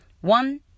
one